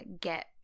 get